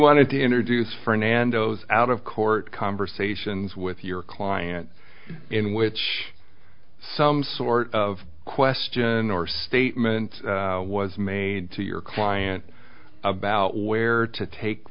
wanted to introduce fernando's out of court conversations with your client in which some sort of question or statement was made to your client about where to take